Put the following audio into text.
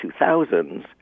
2000s